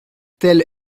tel